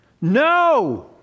No